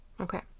okay